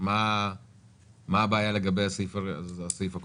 מה הבעיה לגבי הסעיף הקודם?